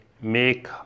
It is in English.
make